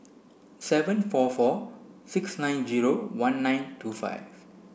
seven four four six nine zero one nine two five